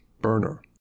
burner